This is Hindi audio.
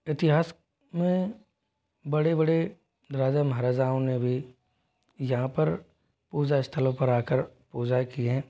इतिहास में बड़े बड़े राजा महाराजाओं ने भी यहाँ पर पूजा स्थलों पर आ कर पूजा किए